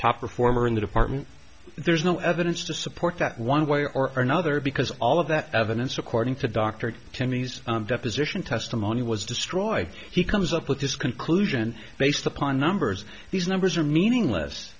top performer in the department there's no evidence to support that one way or another because all of that evidence according to dr timmy's deposition testimony was destroyed he comes up with this conclusion based upon numbers these numbers are meaningless